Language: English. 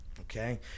okay